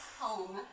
home